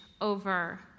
over